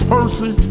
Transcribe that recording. Percy